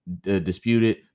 disputed